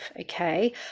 okay